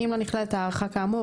אם לא נכללת הערכה כאמור,